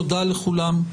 תודה לכולם.